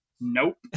Nope